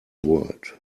world